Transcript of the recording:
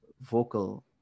vocal